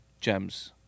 gems